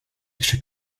extra